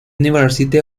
university